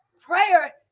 Prayer